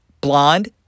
Blonde